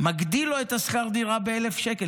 מגדיל לו את שכר הדירה ב-1,000 שקל.